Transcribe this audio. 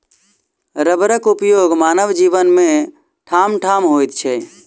रबरक उपयोग मानव जीवन मे ठामठाम होइत छै